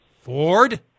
Ford